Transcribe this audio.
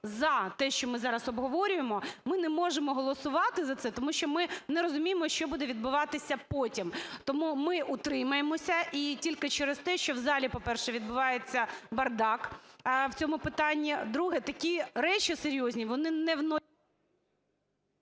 за те, що ми зараз обговорюємо, ми не можемо голосувати за це, тому що ми не розуміємо, що буде відбуватися потім. Тому ми утримаємося, і тільки через те, що в залі, по-перше, відбувається бардак в цьому питання. Друге. Такі речі серйозні, вони не…